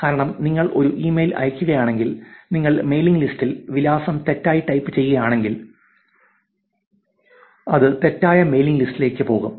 കാരണം നിങ്ങൾ ഒരു ഇമെയിൽ അയയ്ക്കുകയാണെങ്കിൽ നിങ്ങൾ മെയിലിംഗ് ലിസ്റ്റ് വിലാസം തെറ്റായി ടൈപ്പ് ചെയ്യുകയാണെങ്കിൽ അത് തെറ്റായ മെയിലിംഗ് ലിസ്റ്റിലേക്ക് പോകും